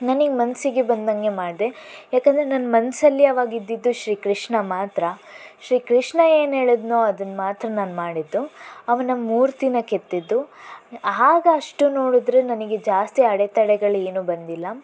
ನನಗೆ ಮನಸಿಗೆ ಬಂದಂಗೆ ಮಾಡಿದೆ ಯಾಕೆಂದರೆ ನನ್ನ ಮನಸಲ್ಲಿ ಆವಾಗ ಇದ್ದಿದ್ದು ಶ್ರೀಕೃಷ್ಣ ಮಾತ್ರ ಶ್ರೀಕೃಷ್ಣ ಏನು ಹೇಳಿದ್ನೋ ಅದನ್ನು ಮಾತ್ರ ನಾನು ಮಾಡಿದ್ದು ಅವನ ಮೂರ್ತಿನ ಕೆತ್ತಿದ್ದು ಆಗ ಅಷ್ಟು ನೋಡಿದ್ರೆ ನನಗೆ ಜಾಸ್ತಿ ಅಡೆತಡೆಗಳು ಏನೂ ಬಂದಿಲ್ಲ